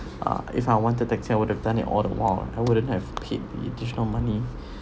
ah if I want the taxi I would have done all the while I wouldn't have paid the additional money